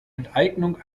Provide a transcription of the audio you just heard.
enteignung